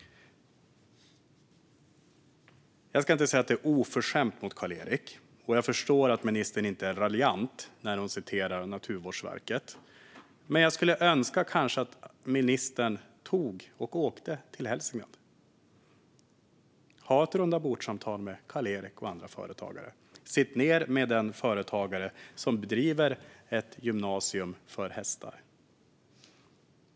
Jag ska inte säga att det är oförskämt mot Karl-Erik, och jag förstår att ministern inte är raljant när hon citerar Naturvårdsverket. Men jag skulle kanske önska att ministern åkte till Hälsingland och hade ett rundabordssamtal med Karl-Erik och andra företagare. Sitt ned med den företagare som driver ett gymnasium för hästsport!